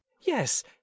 Yes